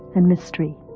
and mystery.